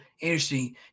interesting